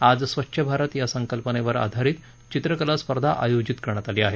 आज स्वच्छ भारत या संकल्पनेवर आधारित चित्रकला स्पर्धा आयोजीत करण्यात आली आहे